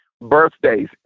birthdays